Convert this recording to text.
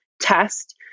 test